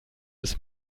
bis